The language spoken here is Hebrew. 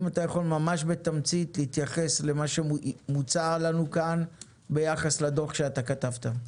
אם אתה יכול ממש בתמצית להתייחס למה שמוצע לנו כאן ביחס לדוח שכתבת.